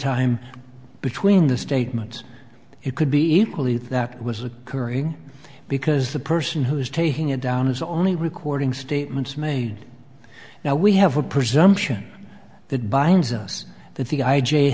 time between the statement it could be equally that was occurring because the person who is taking it down is only recording statements made now we have a presumption that binds us that the i